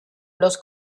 los